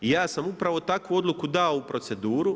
I ja sam upravo takvu odluku dao u proceduru.